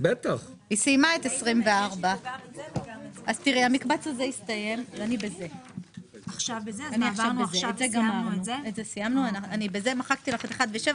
היא סיימה את 24. מחקתי לך את 1 ו-7.